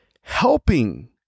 helping